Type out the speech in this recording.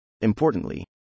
Importantly